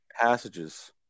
passages